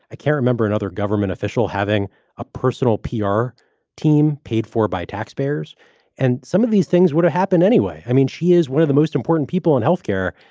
i can remember another government official having a personal pr team paid for by taxpayers and some of these things were to happen anyway. i mean, she is one of the most important people on health care.